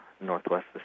northwest